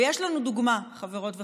יש לנו דוגמה, חברות וחברים: